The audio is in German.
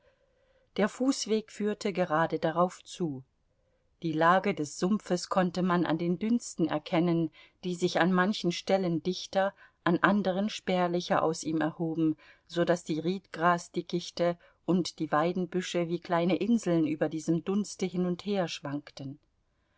der fußweg führte gerade darauf zu die lage des sumpfes konnte man an den dünsten erkennen die sich an manchen stellen dichter an anderen spärlicher aus ihm erhoben so daß die riedgrasdickichte und die weidenbüsche wie kleine inseln über diesem dunste hin und her schwankten